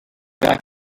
back